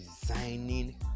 designing